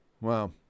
Wow